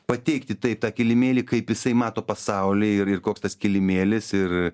pateikti tai tą kilimėlį kaip jisai mato pasaulį ir ir koks tas kilimėlis ir